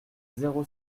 zéro